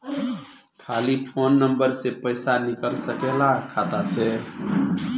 खाली phone number से पईसा निकल सकेला खाता से?